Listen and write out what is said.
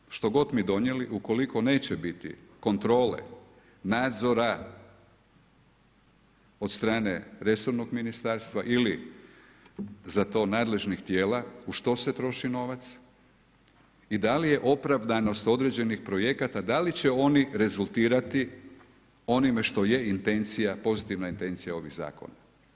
Bojim se da što god mi donijeli ukoliko neće biti kontrole, nadzora od strane resornog ministarstva ili za to nadležnih tijela u što se troši novac, i da li je opravdanost određenih projekata, da li će oni rezultirati onime što je intencija, pozitivna intencija ovih zakona.